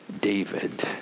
david